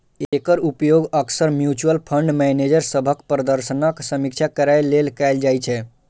एकर उपयोग अक्सर mutual fund manager सभक प्रदर्शनक समीक्षा करै लेल कैल जाइ छै